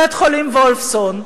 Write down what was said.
בית-החולים "וולפסון".